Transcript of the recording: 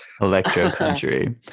Electro-country